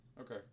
okay